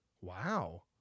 Wow